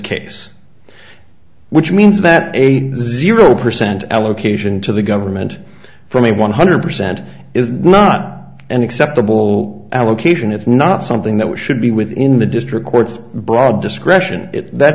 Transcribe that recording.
case which means that aid zero percent allocation to the government from a one hundred percent is not an acceptable allocation it's not something that we should be within the district court's broad discretion that